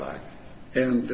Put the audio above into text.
back and